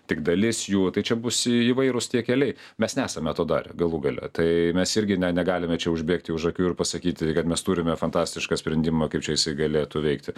tik dalis jų tai čia bus įvairūs tie keliai mes nesame to darę galų gale tai mes irgi ne negalime čia užbėgti už akių ir pasakyti kad mes turime fantastišką sprendimą kaip čia jisai galėtų veikti